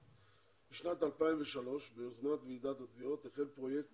בשנת 2003, ביוזמת ועידת התביעות, החל פרויקט